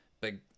big